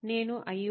నేను అయ్యో